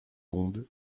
ondes